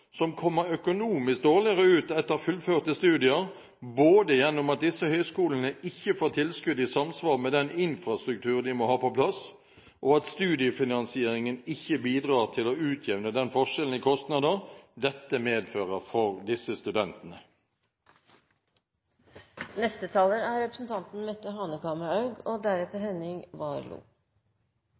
som kommer økonomisk dårligere ut etter fullførte studier, både gjennom at disse høyskolene ikke får tilskudd i samsvar den infrastruktur de må ha på plass, og at studiefinansieringen ikke bidrar til å utjevne den forskjellen i kostnader dette medfører for disse studentene. Denne uken kom TIMSS-undersøkelsen, som viste framgang siden sist. Det er positivt. Vi har observert Høyre og